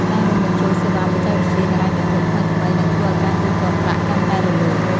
ការរួមបញ្ចូលសេវាបច្ចេកវិទ្យាហិរញ្ញវត្ថុថ្មីៗ នឹងធ្វើឱ្យការទូទាត់ប្រាក់កាន់តែរលូន។